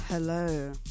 Hello